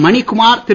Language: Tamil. மணிக்குமார் திரு